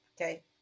Okay